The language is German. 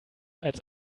als